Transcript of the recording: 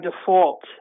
default